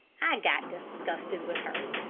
i got disgusted with her.